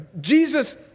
Jesus